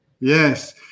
Yes